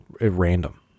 random